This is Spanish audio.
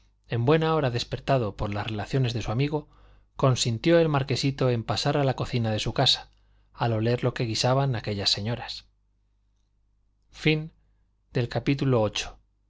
en buen hora despertado por las relaciones de su amigo consintió el marquesito en pasar a la cocina de su casa al oler lo que guisaban aquellas señoras